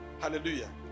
Hallelujah